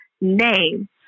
name